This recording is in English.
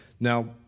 Now